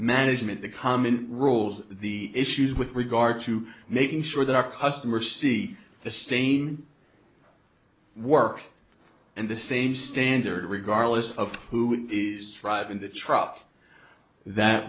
management the common rules the issues with regard to making sure that our customers see the same work and the same standard regardless of who is driving the truck that